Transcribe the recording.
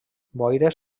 boires